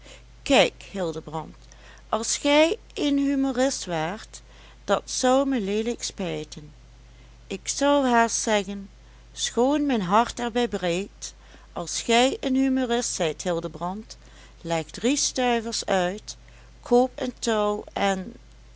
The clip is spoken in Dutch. kijk hildebrand als gij een humorist waart dat zou me leelijk spijten ik zou haast zeggen schoon mijn hart er bij breekt als gij een humorist zijt hildebrand leg drie stuivers uit koop een touw en